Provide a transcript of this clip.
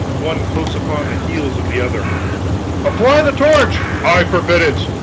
one close upon the heels of the other apply the torch! i forbid it!